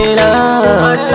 love